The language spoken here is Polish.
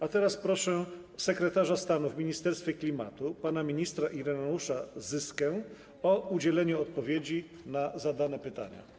A teraz proszę sekretarza stanu w Ministerstwie Klimatu pana ministra Ireneusza Zyskę o udzielenie odpowiedzi na zadane pytania.